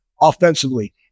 offensively